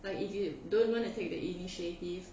like if you don't don't take the initiative